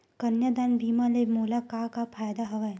कन्यादान बीमा ले मोला का का फ़ायदा हवय?